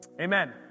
Amen